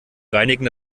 reinigen